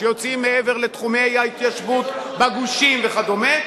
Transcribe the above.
שיוצאים מעבר לתחומי ההתיישבות בגושים וכדומה,